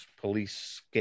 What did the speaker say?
police